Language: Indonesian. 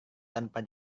tanpa